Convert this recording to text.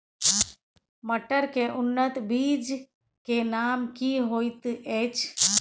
मटर के उन्नत बीज के नाम की होयत ऐछ?